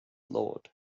lord